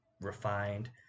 Refined